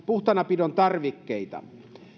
puhtaanapidon tarvikkeita